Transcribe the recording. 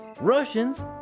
Russians